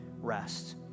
rest